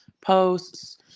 posts